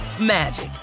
magic